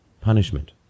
punishment